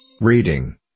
Reading